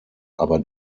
aber